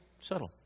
subtle